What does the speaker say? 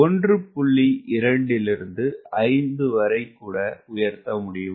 2 ல் இருந்து 5 வரை கூட உயர்த்தமுடியும்